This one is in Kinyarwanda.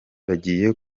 bagiye